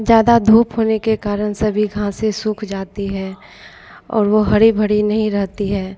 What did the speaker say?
ज़्यादा धूप होने के कारण सभी घाँसें सूख जाती हैं और वह हरी भरी नहीं रहती हैं